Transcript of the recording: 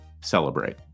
celebrate